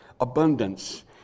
abundance